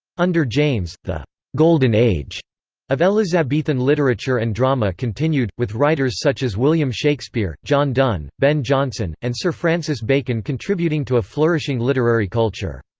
under james, the golden age of elizabethan literature and drama continued, with writers such as william shakespeare, john donne, ben jonson, and sir francis bacon contributing to a flourishing literary culture.